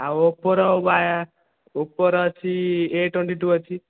ଆଉ ଓପୋର ଓପୋର ଅଛି ଏ ଟ୍ଵେଣ୍ଟି ଟୁ ଅଛି